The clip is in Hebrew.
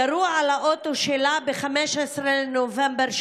ירו על האוטו שלה ב-15 בנובמבר שעבר,